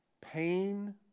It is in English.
pain